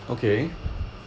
okay